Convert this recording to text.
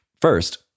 First